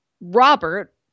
Robert